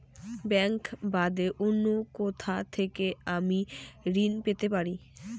Bank বাদে অন্য কোথা থেকে আমি ঋন পেতে পারি?